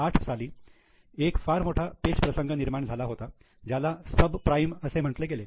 2008 साली एक फार मोठा पेचप्रसंग निर्माण झाला होता ज्याला सबप्राईम असे म्हटले गेले